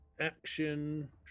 action